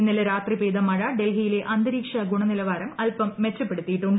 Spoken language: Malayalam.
ഇന്നലെ രാത്രി പെയ്ത മഴ ഡൽഹിയിലെ അന്തരീക്ഷ ഗുണനിലവാരം അല്പം മെച്ചപ്പെടുത്തിയിട്ടുണ്ട്